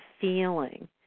feeling